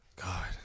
god